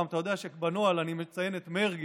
אתה יודע שבנוהל אני מציין את מרגי,